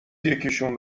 یکیشون